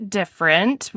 different